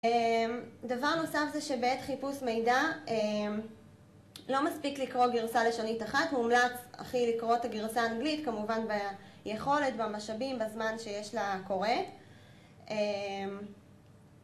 דבר נוסף זה שבעת חיפוש מידע, לא מספיק לקרוא גרסה לשונית אחת. מומלץ אחי לקרוא את הגרסה האנגלית, כמובן ביכולת והמשאבים, בזמן שיש לקורא.